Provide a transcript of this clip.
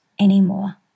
anymore